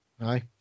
Aye